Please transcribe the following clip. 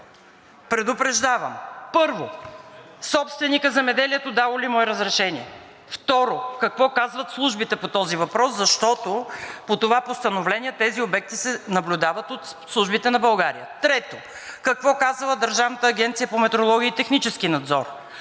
Предупреждавам, първо, собственикът – Земеделието, дало ли му е разрешение? Второ, какво казват службите по този въпрос, защото по това постановление тези обекти се наблюдават от службите на България? Трето, какво казва Държавната агенция по метрология и технически надзор?